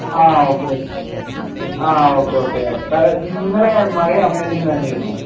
ആ ഓക്കെ ആ okay okay ഇന്നലെ മഴയോ അങ്ങനെ എന്തെങ്കിലും നനഞ്ഞിരുന്നോ